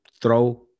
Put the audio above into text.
throw